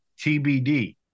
TBD